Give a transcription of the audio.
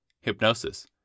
hypnosis